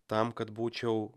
tam kad būčiau